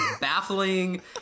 baffling